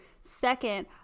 Second